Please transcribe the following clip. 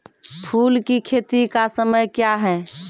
फुल की खेती का समय क्या हैं?